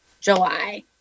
July